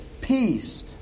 peace